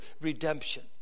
redemption